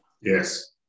Yes